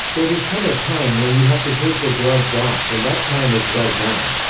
there does come a time when you have to take the gloves off and that time is right now.